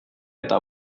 eta